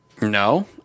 No